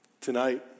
Tonight